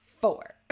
four